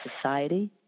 society